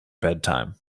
bedtime